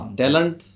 talent